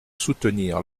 soutenir